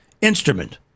instrument